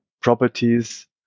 properties